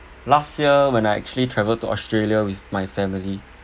last year when I actually travel to australia with my family